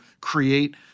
create